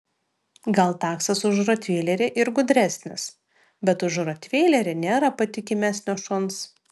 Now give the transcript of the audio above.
gal taksas už rotveilerį ir gudresnis bet už rotveilerį nėra patikimesnio šuns